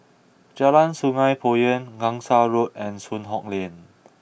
Jalan Sungei Poyan Gangsa Road and Soon Hock Lane